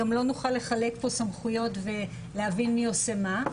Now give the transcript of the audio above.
גם לא נוכל לחלק פה סמכויות ולהבין מי עושה מה.